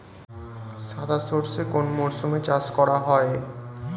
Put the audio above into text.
সাদা সর্ষে কোন মরশুমে চাষ করা হয়?